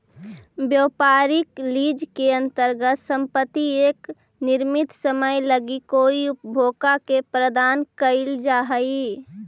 व्यापारिक लीज के अंतर्गत संपत्ति एक निश्चित समय लगी कोई उपभोक्ता के प्रदान कईल जा हई